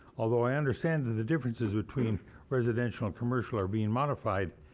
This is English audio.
although i understand the the differences between residential and commercial are being modified,